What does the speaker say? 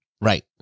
right